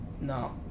no